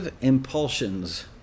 impulsions